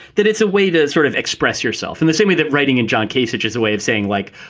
that it's a way to sort of express yourself in the same way that writing in john kasich is a way of saying like,